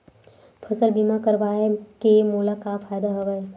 फसल बीमा करवाय के मोला का फ़ायदा हवय?